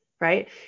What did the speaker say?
right